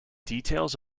details